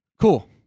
Cool